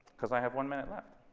because i have one minute left.